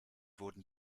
wurden